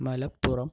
Malappuram